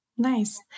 Nice